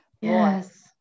yes